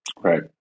Right